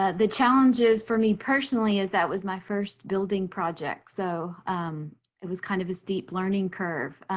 ah the challenges for me personally is that was my first building project, so it was kind of a steep learning curve,